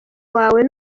wawe